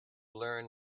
learn